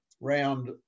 round